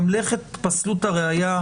ממלכת פסלות הראיה,